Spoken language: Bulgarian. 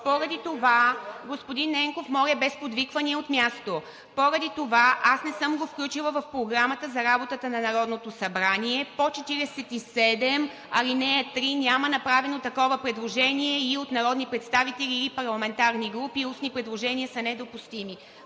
(Реплики.) Господин Ненков, моля, без подвиквания от място. Поради това аз не съм го включила в Програмата за работата на Народното събрание. По чл. 47, ал. 3 няма направено такова предложение и от народни представители, и от парламентарни групи, а устни предложения са недопустими.